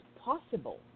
possible